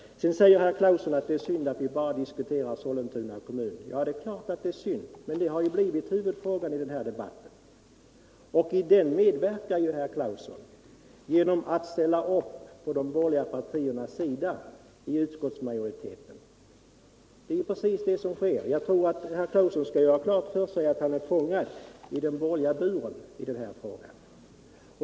Sedan säger herr Claeson att det är synd att vi bara diskuterar Sollentuna kommun. Ja, det är klart att det är synd. Men det har blivit huvudfrågan i den här debatten, och i den medverkar ju herr Claeson genom att ställa upp på de borgerliga partiernas sida i utskottsmajoriteten. Det är precis det som sker. Jag tror att herr Claeson skall göra klart för sig att han är fångad i den borgerliga buren när det gäller den här frågan.